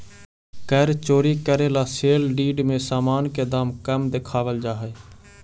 कर चोरी करे ला सेल डीड में सामान के दाम कम देखावल जा हई